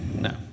No